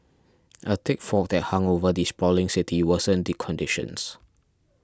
a thick fog that hung over the sprawling city worsened the conditions